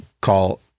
call